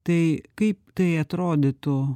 tai kaip tai atrodytų